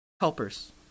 Helpers